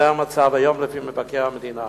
זה המצב היום לפי מבקר המדינה.